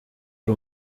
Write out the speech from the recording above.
ari